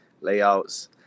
layouts